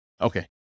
Okay